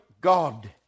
God